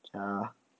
ya